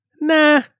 nah